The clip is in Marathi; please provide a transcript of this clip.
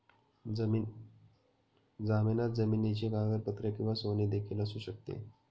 जामिनात जमिनीची कागदपत्रे किंवा सोने देखील असू शकते